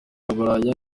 bulaya